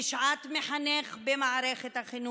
בשעת מחנך במערכת החינוך.